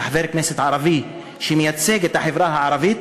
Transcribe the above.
כחבר כנסת ערבי שמייצג את החברה הערבית,